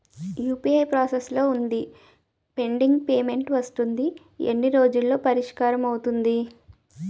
UPI process లో వుందిపెండింగ్ payment వస్తుంది ఎన్ని రోజుల్లో పరిష్కారం అవుతుంది